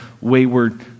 wayward